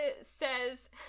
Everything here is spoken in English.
says